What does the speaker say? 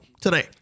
today